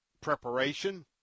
preparation